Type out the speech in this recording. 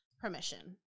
permission